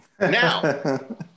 Now